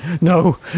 No